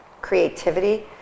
Creativity